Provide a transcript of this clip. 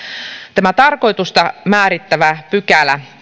tässä tarkoitusta määrittävässä